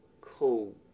cool